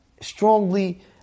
strongly